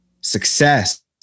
success